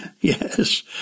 yes